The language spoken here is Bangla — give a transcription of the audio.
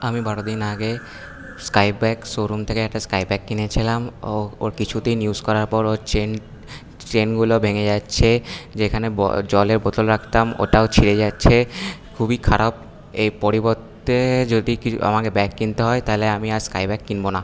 আমি বারোদিন আগে স্কাইব্যাগ শোরুম থেকে একটা স্কাইব্যাগ কিনেছিলাম ও ওর কিছুদিন ইউস করার পর ওর চেন চেনগুলো ভেঙ্গে যাচ্ছে যেখানে জলের বোতল রাখতাম ওটাও ছিঁড়ে যাচ্ছে খুবই খারাপ এই পরিবর্তে যদি আমাকে ব্যাগ কিনতে হয় তাহলে আমি আর স্কাইব্যাগ কিনবো না